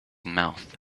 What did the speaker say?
mouth